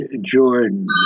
Jordan